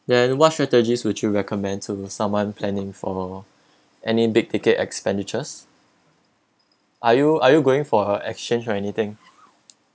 then what strategies would you recommend to someone planning for any big ticket expenditures are you are you going for a exchange or anything